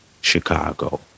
Chicago